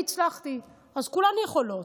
אני הצלחתי אז כולן יכולות.